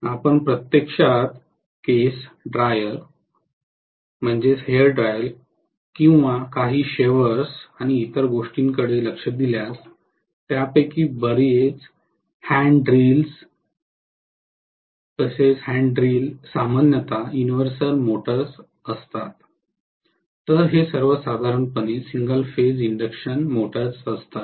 आपण प्रत्यक्षात केस ड्रायर किंवा काही शेव्हर्स आणि इतर गोष्टींकडे लक्ष दिल्यास त्यापैकी बरीच हँड ड्रिल्स हँड ड्रिल सामान्यत युनिव्हर्सल मोटर असतात तर हे सर्व साधारणपणे सिंगल फेज इंडक्शन असतात